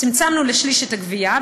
צמצמנו לשליש את הגבייה,